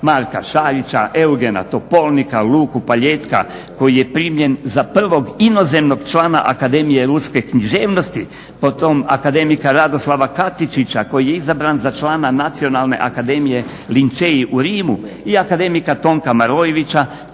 Marka Šarića, Eugena Topolnik, Luku Paljetka koji je primljen za prvog inozemnog člana Akademije ruske književnosti, potom akademika Radoslava Katičića koji je izabran za člana Nacionalne akademije …/Ne razumije se./… u Rimu i akademika Tonka Marojevića